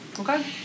okay